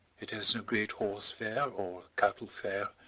it has no great horse fair, or cattle fair,